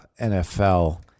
NFL